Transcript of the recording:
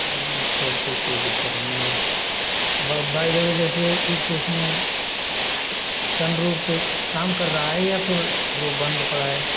हाँ जी फिर तो कोई दिक्कत नहीं है और बाय द वे जैसे एक तो उसमें सनरुफ काम कर रहा है या फिर वो बंद पड़ा है